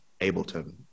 Ableton